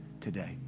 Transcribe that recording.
today